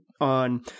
on